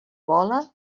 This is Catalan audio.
vola